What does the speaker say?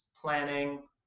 planning